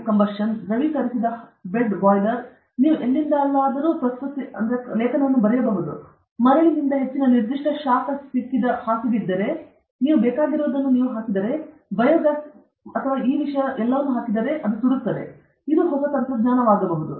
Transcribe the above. ಆದ್ದರಿಂದ ಹೊಸ ತಂತ್ರಜ್ಞಾನದ ಆವಿಷ್ಕಾರ ದ್ರವೀಕರಿಸಿದ ಬೆಡ್ ದಹನ ದ್ರವೀಕರಿಸಿದ ಹಾಸಿಗೆ ಬಾಯ್ಲರ್ ನೀವು ಎಲ್ಲಿಂದಲಾದರೂ ಬರೆಯಬಹುದು ನಿಮಗೆ ಮರಳಿನಿಂದ ಹೆಚ್ಚಿನ ನಿರ್ದಿಷ್ಟ ಶಾಖ ಸಿಕ್ಕಿದ ಹಾಸಿಗೆಯಿದ್ದರೆ ನೀವು ಬೇಕಾಗಿರುವುದನ್ನು ನೀವು ಹಾಕಿದರೆ ನೀವು ಬಯೋಗಸ್ ಈ ವಿಷಯ ಮತ್ತು ಎಲ್ಲವನ್ನೂ ಹಾಕಿದರೆ ಅದು ಸುಡುತ್ತದೆ ಇದು ಹೊಸ ತಂತ್ರಜ್ಞಾನವಾಗಿದೆ